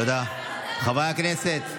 תודה, חברי הכנסת.